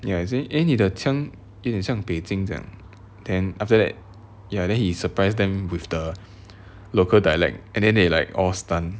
ya he say eh 你的腔有一点像 beijing 这样 then after that ya then he surprised them with the local dialect and then they like all stun